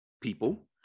People